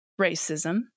racism